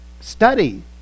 study